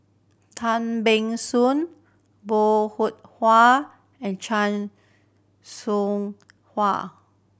Tan Ban Soon Bong Hiong Hwa and Chan Soh Ha